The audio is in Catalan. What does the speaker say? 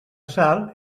sal